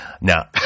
Now